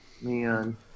Man